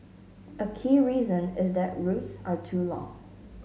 a key reason is that routes are too long